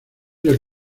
del